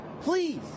please